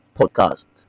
podcast